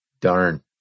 darn